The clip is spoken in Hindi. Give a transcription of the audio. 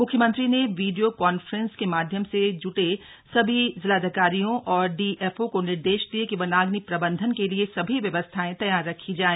म्ख्यमंत्री ने वीडियो कॉन्फ्रेंस के माध्यम से जुड़े सभी जिलाधिकारियों और डीएफओ को निर्देश दिये कि वनाग्नि प्रबंधन के लिए सभी व्यवस्थाएं तैयार रखी जाय